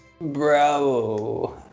Bro